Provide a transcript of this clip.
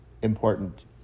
important